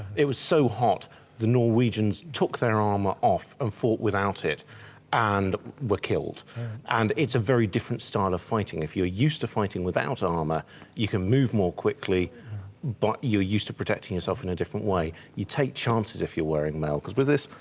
it was so hot the norwegians took their armor off and fought without it and were killed and it's a very different style of fighting if you're used to fighting without armor you can move more quickly but you're used to protecting yourself in a different way, you take chances if you're wearing mail because with this